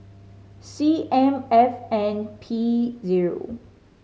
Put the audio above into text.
C M F N P zero